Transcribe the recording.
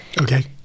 Okay